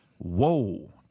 Whoa